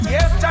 Yes